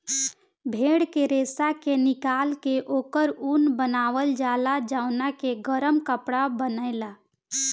भेड़ के रेशा के निकाल के ओकर ऊन बनावल जाला जवना के गरम कपड़ा बनेला